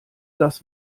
das